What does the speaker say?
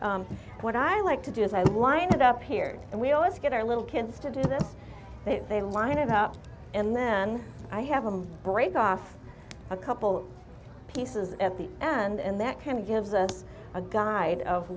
farmers what i like to do is i lined up here and we always get our little kids to do this they line it up and then i have them break off a couple pieces at the end and that kind of gives us a guide of